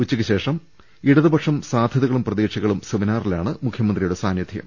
ഉച്ചക്കുശേഷം ഇടതുപക്ഷം സാധ്യ തകളും പ്രതീക്ഷകളും സെമിനാറിലാണ് മുഖൃമന്ത്രിയുടെ സാന്നിധൃം